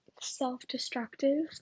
self-destructive